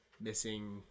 missing